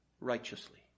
righteously